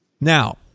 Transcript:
Now